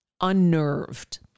unnerved